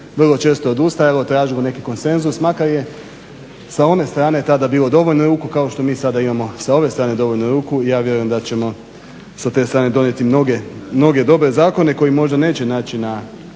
vrlo često odustajalo, tražilo neki konsenzus makar je s one strane tada bilo dovoljno ruku kao što mi sada imamo s ove strane dovoljno ruku. Ja vjerujem da ćemo sa te strane donijeti mnoge dobre zakone koji možda naići na